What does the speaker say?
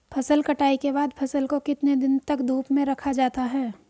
फसल कटाई के बाद फ़सल को कितने दिन तक धूप में रखा जाता है?